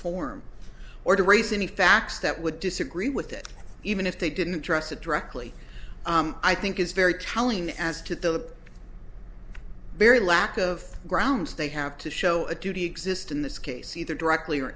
form or to raise any facts that would disagree with it even if they didn't trust it directly i think is very telling as to the very lack of grounds they have to show a duty exists in this case either directly or